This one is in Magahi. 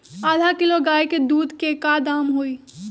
आधा किलो गाय के दूध के का दाम होई?